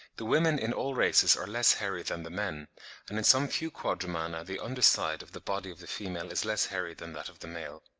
the women in all races are less hairy than the men and in some few quadrumana the under side of the body of the female is less hairy than that of the male.